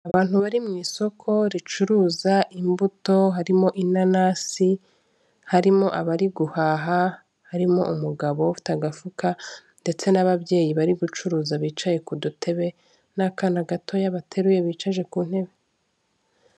Abantu bari mu isoko ricuruza imbuto harimo inanasi, harimo abari guhaha, harimo umugabo ufite agafuka ndetse n'ababyeyi bari gucuruza bicaye ku dutebe n'akana gatoya bateruye bicaje ku ntebe.